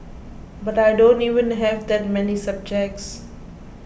but I don't even have that many subjects